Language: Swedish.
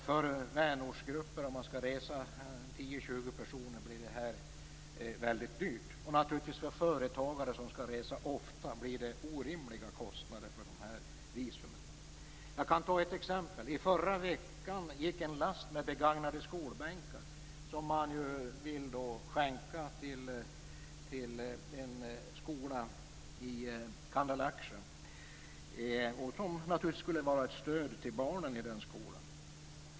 För en vänortsgrupp på 10-20 personer som skall resa blir det väldigt dyrt, och för företagare som skall resa ofta blir det naturligtvis orimliga kostnader för dessa visum. Jag kan ta ett exempel. I förra veckan avgick en last med begagnade skolbänkar som man ville skänka till en skola i Kandalaksja som ett stöd till barnen i den skolan.